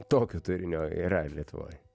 tokio turinio yra lietuvoj